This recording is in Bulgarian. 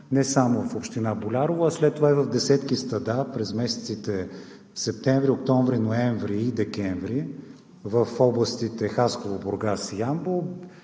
не само в община Болярово, а след това и в десетки стада през месеците септември, октомври, ноември и декември в областите Хасково, Бургас и Ямбол,